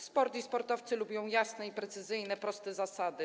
Sport i sportowcy lubią jasne, precyzyjne i proste zasady.